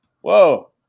Whoa